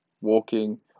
walking